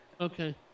okay